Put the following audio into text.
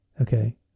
Okay